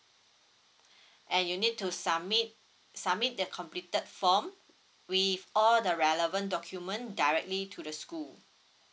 and you need to submit submit the completed form with all the relevant document directly to the school